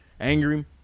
angry